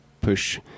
push